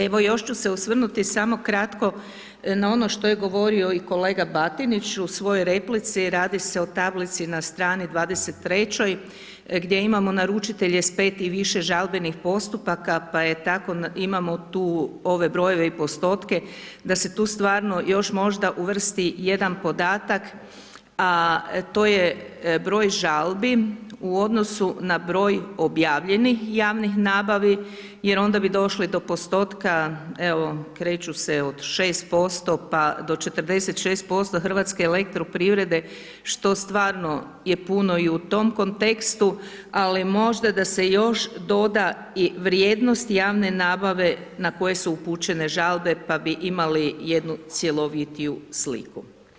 Evo, još ću se osvrnuti samo kratko na ono što je govorio i kolega Batinić u svojoj replici, radi se o tablici na strani 23. gdje imamo naručitelje s 5 i više žalbenih postupaka, pa je tako imamo tu ove brojeve i postotke da se tu stvarno još možda uvrsti jedan podatak, a to je broj žalbi u odnosu na broj objavljenih javnih nabava, jer onda bi došli do postotka evo kreću se od 6% pa do 46% HEP-a što stvarno je puno i u tom kontekstu, ali možda da se još doda i vrijednost javne nabave na koje su upućene žalbe pa bi imali jednu cjelovitiju sliku.